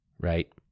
right